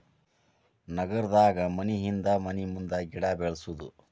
ನಗರದಾಗ ಮನಿಹಿಂದ ಮನಿಮುಂದ ಗಿಡಾ ಬೆಳ್ಸುದು